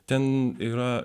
ten yra